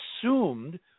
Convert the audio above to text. assumed